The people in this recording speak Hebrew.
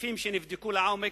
סעיפים שנבדקו לעומק